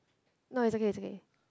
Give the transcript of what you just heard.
no is okay is okay